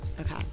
Okay